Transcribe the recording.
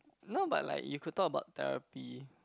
no but like you could talk about therapy